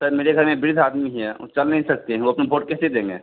sir मेरे घर में बीस आदमी हैं वो चल नही सकते वो अपना भोट कैसे देंगे